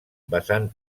vessant